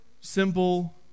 simple